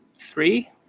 three